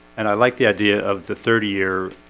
and i like the idea of the thirty year